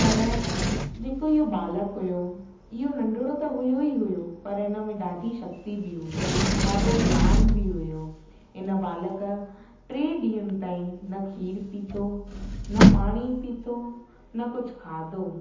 पर जेको इहो बालक हुयो इहो नंढिड़ो त हुयो ई हुयो पर हिन में ॾाढी शक्ती बि हुई ॾाढो ज्ञान बि हुयो इन बालक टे ॾींहंनि ताईं न खीर पीतो न पाणी पीतो न कुझु खाधो